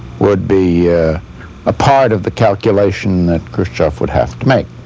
would be a part of the calculation that khrushchev would have to make.